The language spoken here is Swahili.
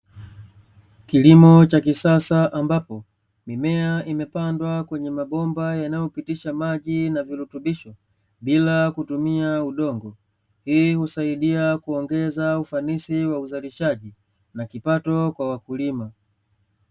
Kilimo cha kisasa ambapo mimea imepandwa kwenye mabomba yanayopitisha maji na virutubisho bila kutumia udongo, hii husaidia kuongeza ufanisi wa uzalishaji na kipato kwa wakulima.